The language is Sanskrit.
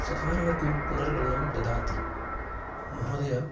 सकारात्मकपुनर्बलं ददाति महोदयः